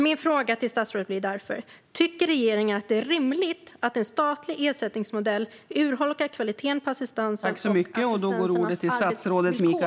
Min fråga till statsrådet blir därför: Tycker regeringen att det är rimligt att en statlig ersättningsmodell urholkar kvaliteten på assistansen och assistenternas arbetsvillkor?